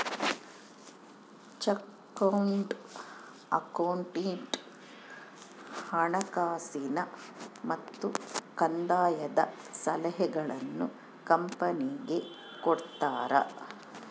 chartered accountant ಹಣಕಾಸಿನ ಮತ್ತು ಕಂದಾಯದ ಸಲಹೆಗಳನ್ನು ಕಂಪನಿಗೆ ಕೊಡ್ತಾರ